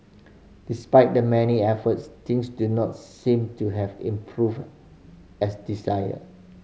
despite the many efforts things do not seem to have improved as desired